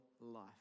life